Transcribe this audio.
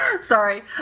Sorry